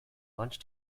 lunch